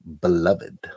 beloved